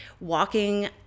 Walking